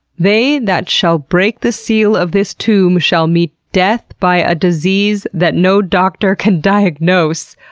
they that shall break the seal of this tomb shall meet death by a disease that no doctor can diagnose.